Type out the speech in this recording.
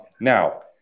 Now